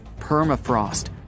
permafrost